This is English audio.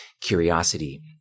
curiosity